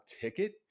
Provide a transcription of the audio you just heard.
ticket